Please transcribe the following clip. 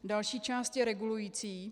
Další část je regulující.